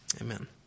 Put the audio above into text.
Amen